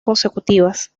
consecutivas